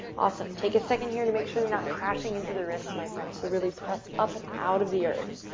awesome. take a second here to make sure you're not crashing into the wrists my friend, so really press up and out of the earth.